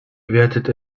wertet